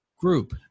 group